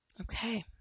Okay